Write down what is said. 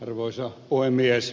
arvoisa puhemies